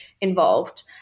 involved